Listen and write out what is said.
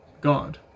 God